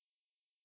uh